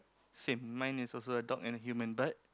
same mine is also a dog and human but